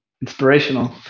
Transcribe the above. inspirational